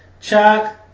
Chuck